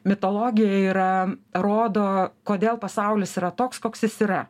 mitologija yra rodo kodėl pasaulis yra toks koks jis yra